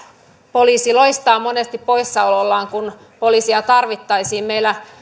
poliisi loistaa monesti poissaolollaan kun poliisia tarvittaisiin meillä